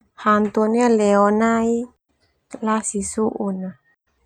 Hantu nia leo nai lasi su'un na.